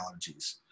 allergies